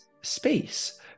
space